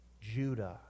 Judah